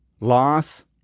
loss